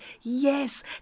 Yes